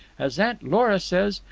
as aunt lora says,